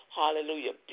hallelujah